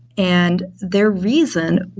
and their reason,